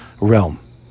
realm